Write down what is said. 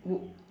w~